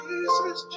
Jesus